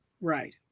Right